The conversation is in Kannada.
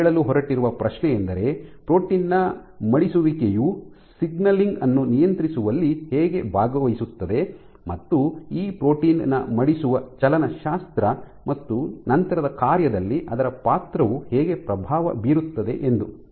ನಾನು ಕೇಳಲು ಹೊರಟಿರುವ ಪ್ರಶ್ನೆಯೆಂದರೆ ಪ್ರೋಟೀನ್ ನ ಮಡಿಸುವಿಕೆಯು ಸಿಗ್ನಲಿಂಗ್ ಅನ್ನು ನಿಯಂತ್ರಿಸುವಲ್ಲಿ ಹೇಗೆ ಭಾಗವಹಿಸುತ್ತದೆ ಮತ್ತು ಈ ಪ್ರೋಟೀನ್ ನ ಮಡಿಸುವ ಚಲನಶಾಸ್ತ್ರ ಮತ್ತು ನಂತರದ ಕಾರ್ಯದಲ್ಲಿ ಅದರ ಪಾತ್ರವು ಹೇಗೆ ಪ್ರಭಾವ ಬೀರುತ್ತದೆ ಎಂದು